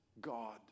God